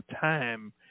time